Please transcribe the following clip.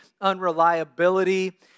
unreliability